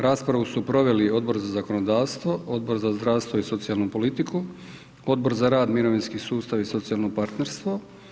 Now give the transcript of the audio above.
Raspravu su proveli Odbor za zakonodavstvo, Odbor za zdravstvo i socijalnu politiku, Odbor za rad mirovinski sustav i socijalno partnerstvo.